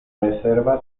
reserva